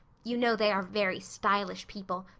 you know they are very stylish people,